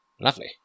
Lovely